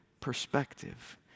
perspective